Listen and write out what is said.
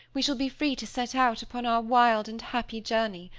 we shall be free to set out upon our wild and happy journey.